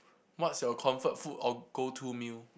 what's your comfort food or go to meal